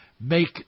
make